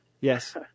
Yes